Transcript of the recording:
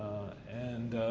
and,